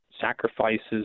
sacrifices